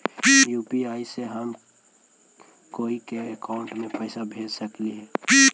UPI से हम कोई के अकाउंट में पैसा भेज सकली ही?